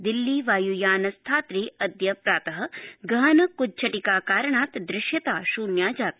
दिल्ली वायुयान स्थात्रे अद्य प्रात गहन कुज्झीक्रिा कारणात् दृश्यता शून्या जाता